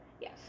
Yes